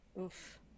Oof